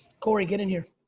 corey, get in here.